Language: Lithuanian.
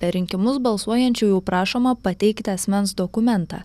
per rinkimus balsuojančiųjų prašoma pateikti asmens dokumentą